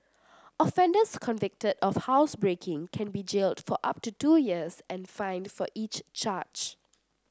offenders convicted of housebreaking can be jailed for up to two years and fined for each charge